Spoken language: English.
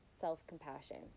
self-compassion